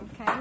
Okay